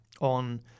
on